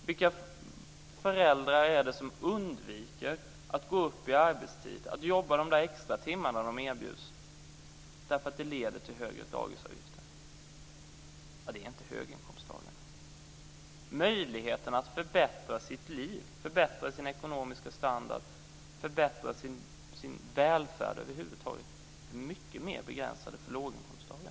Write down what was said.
Vilka föräldrar är det som undviker att gå upp i arbetstid eller att jobba extra timmar som de erbjuds därför att det leder till högre dagisavgifter? Det är inte höginkomsttagarna. Möjligheterna att förbättra sitt liv, sin ekonomiska standard och över huvud taget sin välfärd är mycket mer begränsade för låginkomsttagarna.